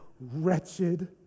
wretched